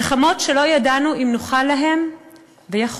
מלחמות שלא ידענו אם נוכל להן ויכולנו,